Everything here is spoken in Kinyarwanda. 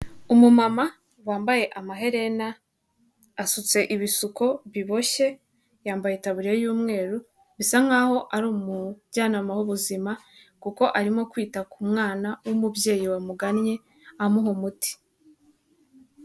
Umumama wambaye amaherena, asutse ibisuko biboshye yambaye taburiya y'umweru bisa nkaho ari umujyanama w'ubuzima, kuko arimo kwita ku mwana w'umubyeyi wamuganye amuha umuti.